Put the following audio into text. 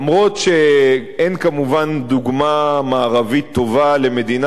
אף שאין כמובן דוגמה מערבית טובה למדינה